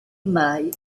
mai